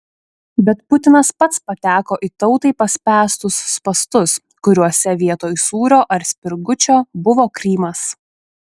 bet putinas pats pateko į tautai paspęstus spąstus kuriuose vietoj sūrio ar spirgučio buvo krymas